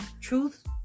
truth